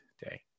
day